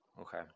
Okay